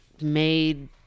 made